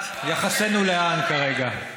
את, יחסינו לאן כרגע.